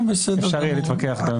אפשר יהיה להתווכח עליו.